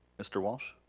mr. walsh.